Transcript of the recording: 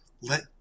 Let